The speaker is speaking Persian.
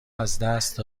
ازدست